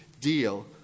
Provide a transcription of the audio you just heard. deal